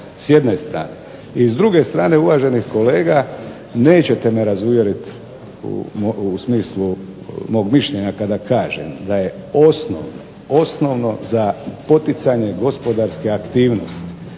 s jedne strane. I s druge strane uvaženi kolega, nećete me razuvjeriti u smislu mog mišljenja kada kažem da je osnovno, osnovno za poticanje gospodarske aktivnosti